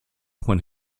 when